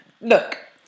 look